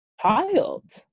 child